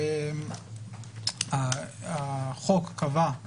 החוק קבע,